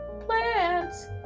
plants